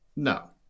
No